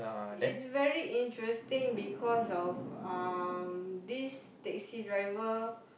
is very interesting because of um this taxi driver